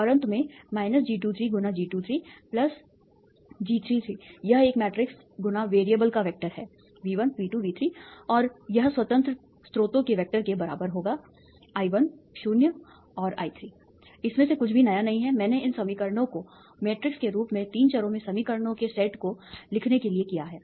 और अंत में G23 G23 G33 यह एक मैट्रिक्स × वेरिएबल्स का वेक्टर है V1 V2 V3 और यह स्वतंत्रता स्रोतों के वेक्टर के बराबर होगा I1 शून्य और I3 इसमें कुछ भी नया नहीं है मैंने इन समीकरणों को मैट्रिक्स के रूप में 3 चरों में समीकरणों के सेट को लिखने के लिए किया है